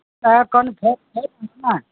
confirm ہے کتنا